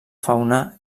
fauna